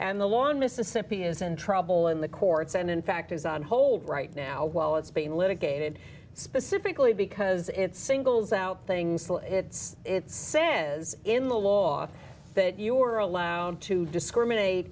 and the law mississippi is in trouble in the courts and in fact is on hold right now while it's being litigated specifically because it singles out things it's it's sands in the law that you are allowed to discriminate